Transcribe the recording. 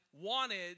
wanted